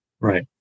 Right